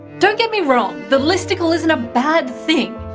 don't get me wrong, the listicle isn't a bad thing!